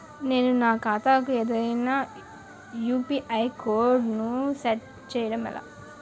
నేను నా ఖాతా కు ఏదైనా యు.పి.ఐ కోడ్ ను సెట్ చేయడం ఎలా?